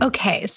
Okay